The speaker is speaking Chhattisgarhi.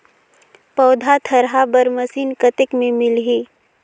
पौधा थरहा बर मशीन कतेक मे मिलही?